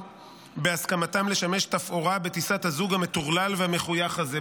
בהסכמתם לשמש תפאורה בטיסת הזוג המטורלל והמחויך הזה,